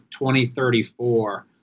2034